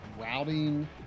routing